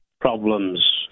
problems